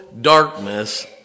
darkness